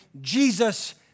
Jesus